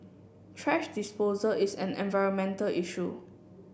thrash disposal is an environmental issue